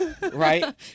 Right